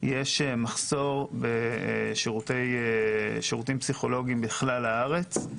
יש מחסור בשירותים פסיכולוגיים בכלל הארץ.